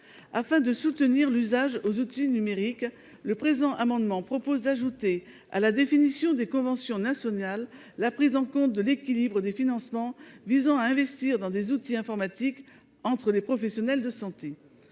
Afin de soutenir l'usage des outils numériques, il est proposé dans l'amendement d'ajouter à la définition des conventions nationales la prise en compte de l'équilibre des financements visant à investir dans des outils informatiques entre les professionnels de santé.